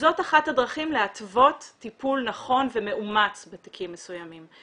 זאת אחת הדרכים להתוות טיפול נכון ומאומץ בתיקים מסוימים.